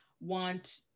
want